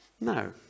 No